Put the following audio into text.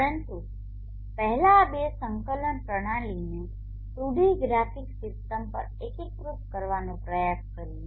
પરંતુ ચાલો પહેલા આ 2 સંકલન પ્રણાલીને 2ડી ગ્રાફિક સિસ્ટમ પર એકીકૃત કરવાનો પ્રયાસ કરીએ